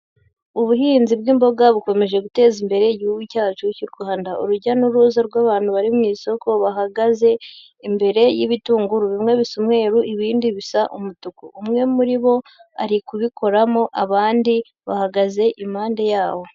Ubuhinzi bw'imboga bukomeje guteza imbere igihugu cyacu cy'u Rwanda. Urujya n'uruza rw'abantu bari mu isoko bahagaze imbere y'ibitunguru. Bimwe bisa umweru, ibindi bisa umutuku. Umwe muri bo arikubikoramo abandi bahagaze impande yawo.